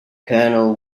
colonel